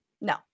no